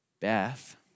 Beth